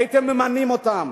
הייתם ממנים אותם,